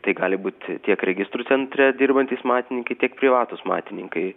tai gali būti tiek registrų centre dirbantys matininkai tiek privatūs matininkai